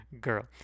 girl